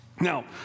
Now